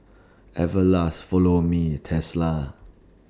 Everlast Follow Me Tesla